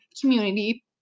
community